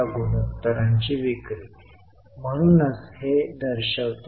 हे व्यवसायाची मजबुती दर्शवते